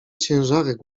ciężarek